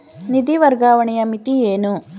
ನಿಧಿ ವರ್ಗಾವಣೆಯ ಮಿತಿ ಏನು?